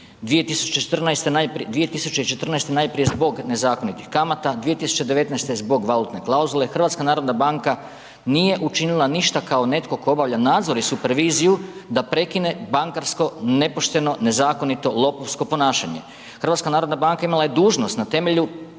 2014. najprije zbog nezakonitih kamata, 2019. zbog valutne klauzule, HNB nije učinila ništa kao netko tko obavlja nadzor i superviziju da prekine bankarsko nepošteno, nezakonito, lopovsko ponašanje. HNB imala je dužnost na temelju